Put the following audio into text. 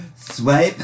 swipe